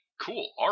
Cool